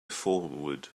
forward